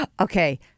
okay